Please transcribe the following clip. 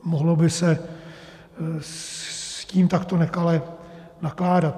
Mohlo by se s tím takto nekale nakládat.